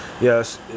Yes